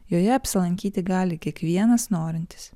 joje apsilankyti gali kiekvienas norintis